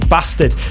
Bastard